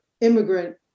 immigrant